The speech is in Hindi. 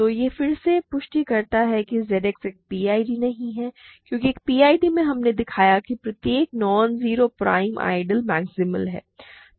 तो यह फिर से पुष्टि करता है कि Z X एक पीआईडी नहीं है क्योंकि एक PID में हमने दिखाया है कि प्रत्येक non zero prime ideal maximal है